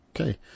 Okay